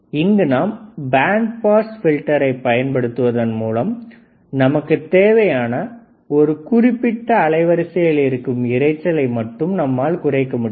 இங்கு நாம் band pass பில்டரை பயன்படுத்துவதன் மூலம் நமக்கு தேவையான ஒரு குறிப்பிட்ட அலைவரிசையில் இருக்கும் இரைச்சலை நம்மால் குறைக்க முடியும்